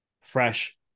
fresh